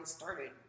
started